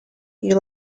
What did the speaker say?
you